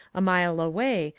a mile away,